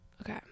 okay